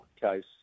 case